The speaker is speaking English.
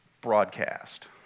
broadcast